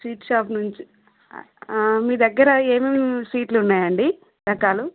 sweet shop నుంచి మీ దగ్గర ఏమేమి స్వీట్లు ఉన్నాయండి రకాలు